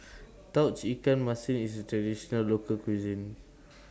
Tauge Ikan Masin IS A Traditional Local Cuisine